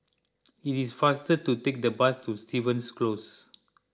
it is faster to take the bus to Stevens Close